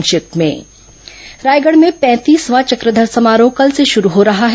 संक्षिप्त समाचार रायगढ़ में पैंतीसवां चक्रघर समारोह कल से शुरू हो रहा है